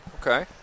Okay